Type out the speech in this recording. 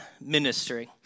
ministering